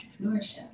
entrepreneurship